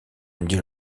dit